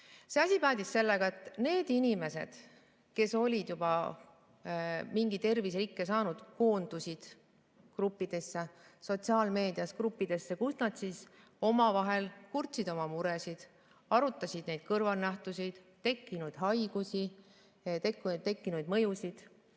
Asi päädis sellega, et need inimesed, kes olid juba mingi terviserikke saanud, koondusid sotsiaalmeedias gruppidesse, kus nad omavahel kurtsid oma muresid, arutasid kõrvalnähtusid, tekkinud haigusi ja tekkinud mõjusid.